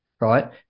Right